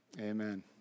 amen